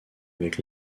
avec